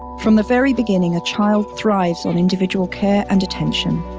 from the very beginning a child thrives on individual care and attention.